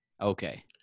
okay